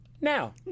now